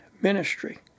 ministry